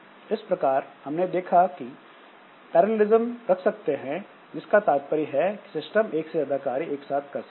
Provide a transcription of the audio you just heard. इस प्रकार हमने देखना कि हम पैरेललिस्म रख सकते हैं जिसका तात्पर्य है कि सिस्टम एक से ज्यादा कार्य एक साथ कर सकता है